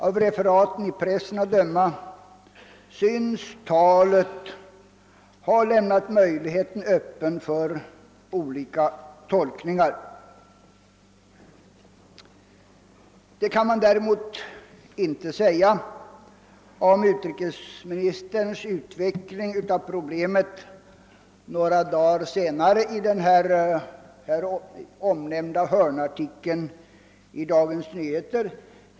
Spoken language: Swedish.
Av referaten i pressen att döma synes talet ha lämnat möjligheten öppen för olika tolkningar. Det kan man däremot inte säga om utrikesministerns utveckling av problemet några dagar senare i den här i dag omnämnda hörnartikeln i Dagens Nyheter.